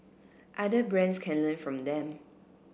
other brands can learn from them